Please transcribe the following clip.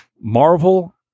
Marvel